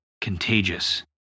contagious